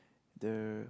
the